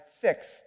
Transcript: fixed